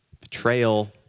betrayal